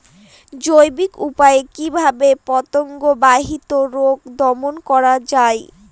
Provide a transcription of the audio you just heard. জৈবিক উপায়ে কিভাবে পতঙ্গ বাহিত রোগ দমন করা যায়?